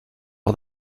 all